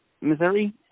Missouri